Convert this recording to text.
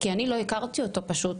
כי אני לא הכרתי אותו פשוט.